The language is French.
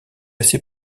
assez